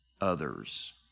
others